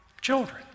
children